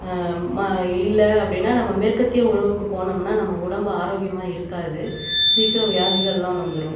ம இல்லை அப்படின்னா நம்ம மேற்கத்திய உணவுக்கு போனம்னால் நம்ம உடம்பு ஆரோக்கியமாக இருக்காது சீக்கிரம் வியாதிகள்லாம் வந்திரும்